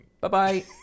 Bye-bye